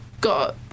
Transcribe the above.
got